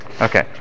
Okay